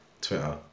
Twitter